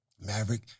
Maverick